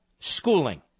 Schooling